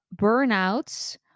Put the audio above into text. burnouts